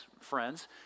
friends